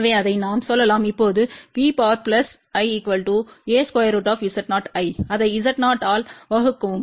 எனவே அதை நாம் சொல்லலாம் இப்போதுV¿a√Z0¿அதை Z0ஆல் வகுக்கவும்